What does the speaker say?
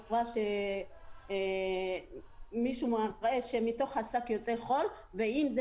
שבצורה מישהו מראה שמתוך השק יוצא חול ואם זה